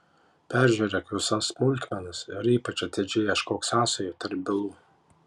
peržiūrėk visas smulkmenas ir ypač atidžiai ieškok sąsajų tarp bylų